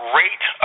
rate